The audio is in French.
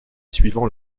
suivant